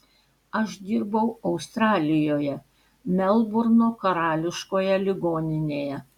aš dirbau australijoje melburno karališkoje ligoninėje